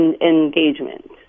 Engagement